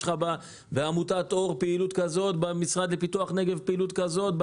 יש בעמותת אור פעילות כזאת ובמשרד לפיתוח נגב פעילות כרזה.